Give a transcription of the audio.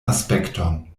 aspekton